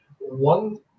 one